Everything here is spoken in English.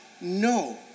no